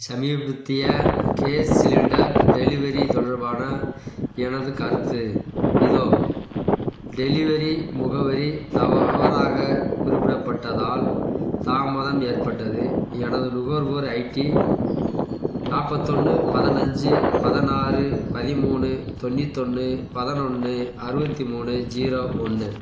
சமீபத்திய gas cylinder delivery தொடர்பான எனது கருத்து இதோ டெலிவரி முகவரி தவறாக குறிப்பிடப்பட்டதால் தாமதம் ஏற்பட்டது எனது நுகர்வோர் ஐடி நாப்பத்தொன்று பதினைஞ்சு பதினாறு பதிமூணு தொண்ணூத்தொன்று பதினொன்று அறுபத்தி மூணு ஜீரோ ஒன்று